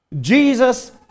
Jesus